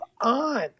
on